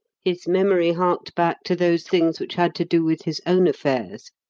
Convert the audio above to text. his memory harked back to those things which had to do with his own affairs,